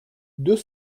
deux